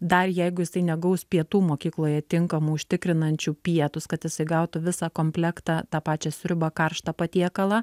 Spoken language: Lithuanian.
dar jeigu jisai negaus pietų mokykloje tinkamų užtikrinančių pietus kad jisai gautų visą komplektą tą pačią sriubą karštą patiekalą